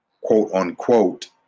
quote-unquote